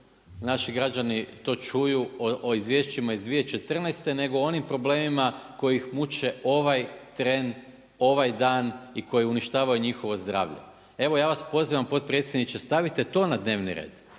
naši građani to čuju o izvješćima iz 2014. nego o onim problemima koji ih muče ovaj tren, ovaj dan i koji uništavaju njihovo zdravlje. Evo ja vas pozivam potpredsjedniče stavite to na dnevni red.